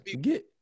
get